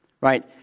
Right